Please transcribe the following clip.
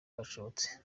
kashobotse